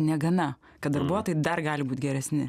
negana kad darbuotojai dar gali būt geresni